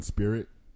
Spirit